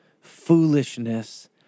foolishness